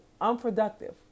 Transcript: unproductive